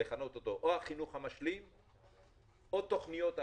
או לכנות אותו: או החינוך המשלים או תוכניות העשרה.